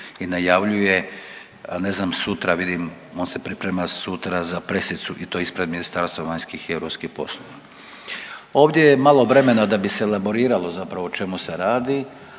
i najavljuje ne znam sutra vidim on se priprema sutra za pressicu i to ispred MVEP-a.. Ovdje je malo vremena da bi se elaboriralo zapravo o čemu se radi,